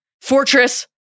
fortress